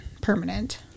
permanent